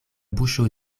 buŝo